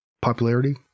popularity